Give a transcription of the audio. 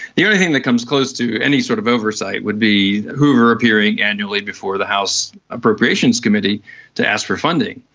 the only thing that comes close to any sort of oversight would be hoover appearing annually before the house appropriations committee to ask for funding.